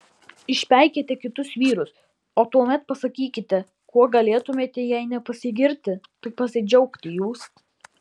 išpeikėte kitus vyrus o tuomet pasakykite kuo galėtumėte jei ne pasigirti tai pasidžiaugti jūs